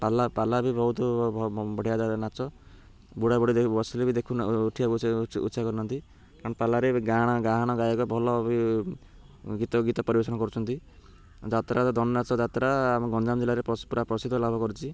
ପାଲା ପାଲା ବି ବହୁତ ବଢ଼ିଆା ନାଚ ବୁଢ଼ା ବୁଢ଼ି ବସିଲେ ବି ଦେଖୁ ଉଠିବାକୁ ଇଚ୍ଛା କରୁନାହାନ୍ତି କାରଣ ପାଲାରେ ବି ଗାଁ ଗାହାଣ ଗାୟକ ଭଲ ବି ଗୀତ ଗୀତ ପରିବେଷଣ କରୁଛନ୍ତି ଯାତ୍ରା ଦନନାଚ ଯାତ୍ରା ଆମ ଗଞ୍ଜାମ ଜିଲ୍ଲାରେ ପୁରା ପ୍ରସିଦ୍ଧ ଲାଭ କରିଛି